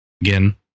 again